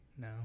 No